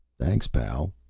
thanks, pal,